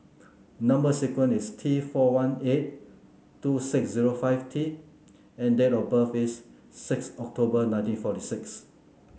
number sequence is T four one eight two six zero five T and date of birth is six October nineteen forty six